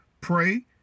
Pray